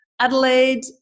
Adelaide